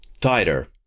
tighter